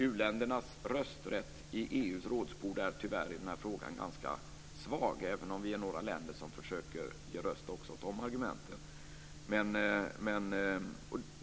U ländernas rösträtt i EU:s rådsbord är tyvärr i denna fråga ganska svag, även om vi är några länder som försöker ge röst också åt deras argument.